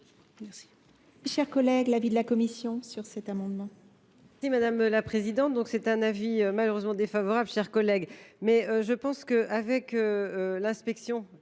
Merci,